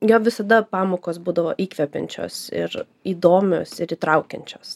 jo visada pamokos būdavo įkvepiančios ir įdomios ir įtraukiančios